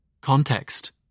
Context